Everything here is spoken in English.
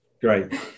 great